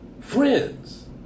friends